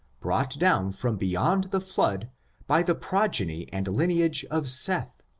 brought down from beyond the flood by the progeny and lineage of seth,